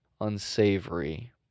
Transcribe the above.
unsavory